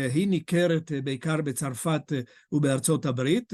היא ניכרת בעיקר בצרפת ובארצות הברית